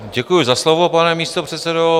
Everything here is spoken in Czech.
Děkuji za slovo, pane místopředsedo.